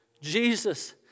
Jesus